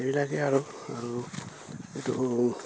সেইবিলাকে আৰু আৰু এইটো